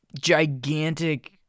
gigantic